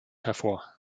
hervor